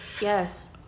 yes